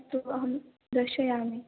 अस्तु अहं दर्शयामि